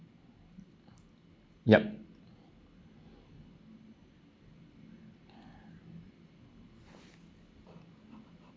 yup